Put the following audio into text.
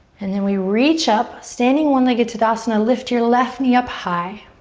and then we reach up, standing one legged tadasana. lift your left knee up high.